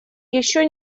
еще